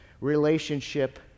relationship